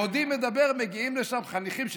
בעודי מדבר מגיעים לשם חניכים שלי,